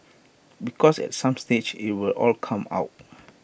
because at some stage IT will all come out